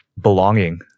belonging